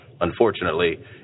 Unfortunately